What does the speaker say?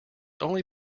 only